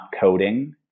coding